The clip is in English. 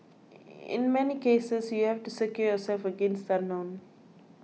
in many cases you have to secure yourself against the unknown